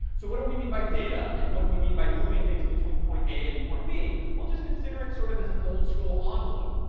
so what do we mean by data and what do we mean by moving things between point a and point b? we'll just consider it sort of as an old-school um envelope,